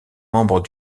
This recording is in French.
membre